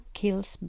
kills